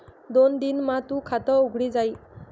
दोन दिन मा तूनं खातं उघडी जाई